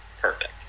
Perfect